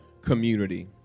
community